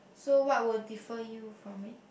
so what will defer you from it